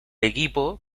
equipo